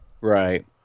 Right